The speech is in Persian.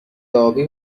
ابی